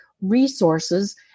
resources